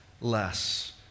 less